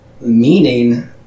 Meaning